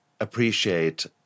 appreciate